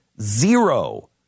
Zero